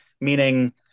Meaning